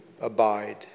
abide